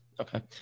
Okay